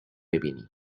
ببینی